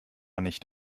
nicht